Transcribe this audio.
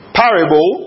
parable